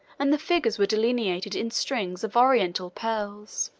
and the figures were delineated in strings of oriental pearls.